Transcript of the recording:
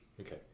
Okay